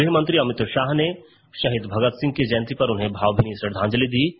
गृहमंत्री अमित शाह ने शहीद भगतसिंह की जयंती पर उन्हें भावभीनी श्रद्वांजलि दी है